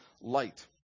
light